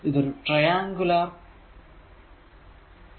ഇതൊരു triangular function ആണ്